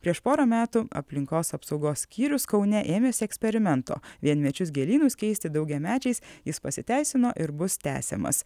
prieš porą metų aplinkos apsaugos skyrius kaune ėmėsi eksperimento vienmečius gėlynus keisti daugiamečiais jis pasiteisino ir bus tęsiamas